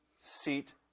seat